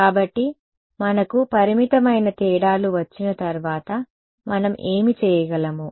కాబట్టి మనకు పరిమితమైన తేడాలు వచ్చిన తర్వాత మనం ఏమి చేయగలము